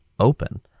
open